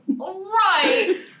right